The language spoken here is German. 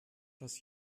das